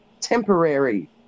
temporary